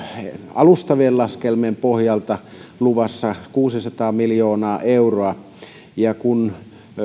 alustavien laskelmien pohjalta luvassa kuusisataa miljoonaa euroa ja kun